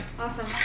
Awesome